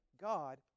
God